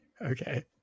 okay